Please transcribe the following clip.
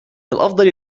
الأفضل